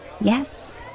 yes